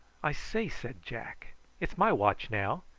i say, said jack it's my watch now.